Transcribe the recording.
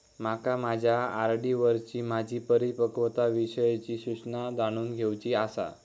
माका माझ्या आर.डी वरची माझी परिपक्वता विषयची सूचना जाणून घेवुची आसा